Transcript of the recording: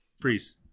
Freeze